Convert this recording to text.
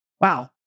wow